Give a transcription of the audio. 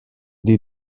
die